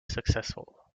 successful